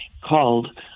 called